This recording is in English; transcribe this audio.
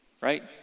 right